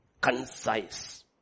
Concise